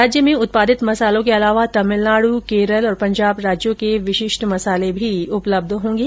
मेले में राज्य में उत्पादित मसालों के अलावा तमिलनाडु केरल और पंजाब राज्यों के विशिष्ट मसाले उपलब्ध होंगे